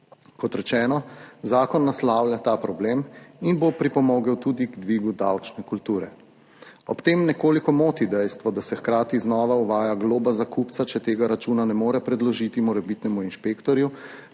Kot rečeno, zakon naslavlja ta problem in bo pripomogel tudi k dvigu davčne kulture. Ob tem nekoliko moti dejstvo, da se hkrati znova uvaja globa za kupca, če tega računa ne more predložiti morebitnemu inšpektorju